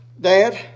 Dad